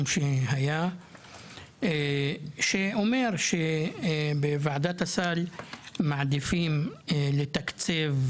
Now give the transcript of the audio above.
שהיה לגבי וועדת הסל שבו נאמר שמעדיפים לתקצב